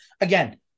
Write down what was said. Again